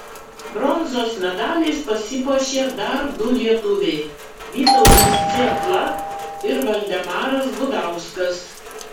bronzos medaliais pasipuošė dar du lietuviai vytautas cėpla ir valdemaras gudauskas